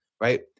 right